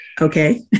Okay